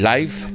Life